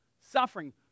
Suffering